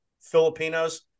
Filipinos